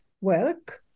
work